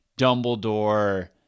dumbledore